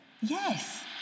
Yes